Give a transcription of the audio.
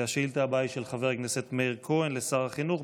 השאילתה הבאה היא של חבר הכנסת מאיר כהן לשר החינוך,